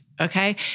Okay